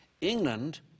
England